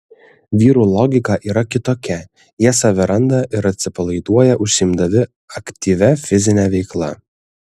vyrų logika yra kitokia jie save randa ir atsipalaiduoja užsiimdami aktyvia fizine veikla